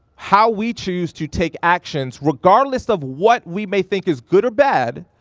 how we choose to take actions regardless of what we may think is good or bad,